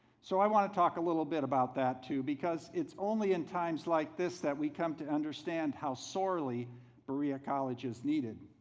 so i want to talk a little bit about that too. because it's only in times like this, that we come to understand how sorely berea college is needed,